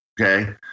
Okay